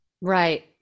right